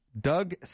doug